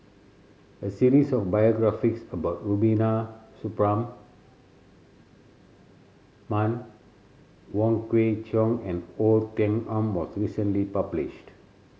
a series of biographies about Rubiah Man Wong Kwei Cheong and Oei Tiong Ham was recently published